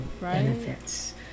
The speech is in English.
benefits